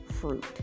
fruit